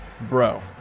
Bro